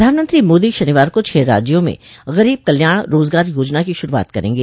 प्रधानमंत्री मोदी शनिवार को छह राज्यों में गरीब कल्याण रोजगार योजना की शुरूआत करेंगे